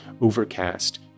overcast